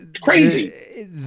crazy